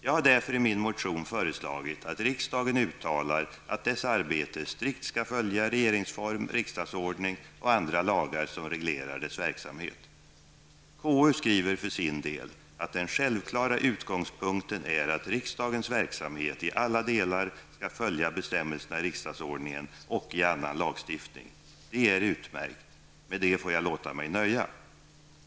Jag har därför i min motion föreslagit att riksdagen uttalar att dess arbete strikt skall följa regeringsform, riksdagsordning och andra lagar som reglerar dess verksamhet. KU skriver för sin del att den självklara utgångspunkten är att riksdagens verksamhet i alla delar skall följa bestämmelserna i riksdagsordningen och i annan lagstiftning. Det är utmärkt. Med detta får jag låta mig nöja.